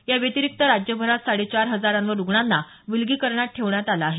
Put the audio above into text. याव्यतिरिक्त राज्यभरात साडे चार हजारावर रुग्णांना विलगीकरणात ठेवण्यात आलं आहे